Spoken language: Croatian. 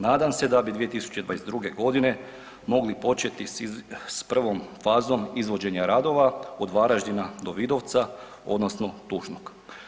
Nadam se da bi 2022. godine mogli početi s prvom fazom izvođenja radova od Varaždina do Vidovca odnosno Tužnog.